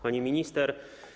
Pani Minister!